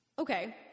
Okay